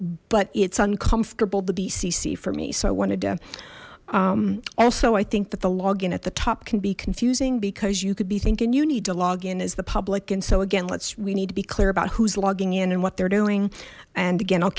but it's uncomfortable the bcc for me so i wanted to also i think that the log in at the top can be confusing because you could be thinking you need to log in as the public and so again let's we need to be clear about who's logging in and what they're doing and again i'll